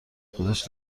خودش